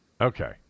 Okay